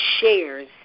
shares